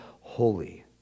holy